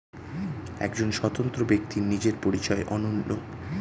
একজন স্বতন্ত্র ব্যক্তির নিজের পরিচয় অনন্য